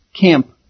Camp